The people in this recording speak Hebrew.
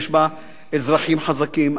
יש בה אזרחים חזקים,